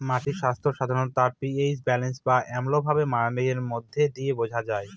মাটির স্বাস্থ্য সাধারনত তার পি.এইচ ব্যালেন্স বা অম্লভাব মানের মধ্যে দিয়ে বোঝা যায়